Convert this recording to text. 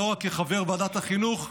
לא רק כחבר ועדת החינוך,